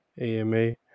AMA